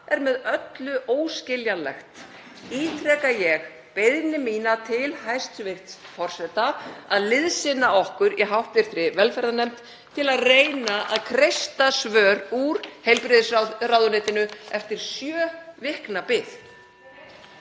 er með öllu óskiljanlegt. Ítreka ég beiðni mína til hæstv. forseta að liðsinna okkur í hv. velferðarnefnd til að reyna að kreista svör úr heilbrigðisráðuneytinu eftir sjö vikna bið.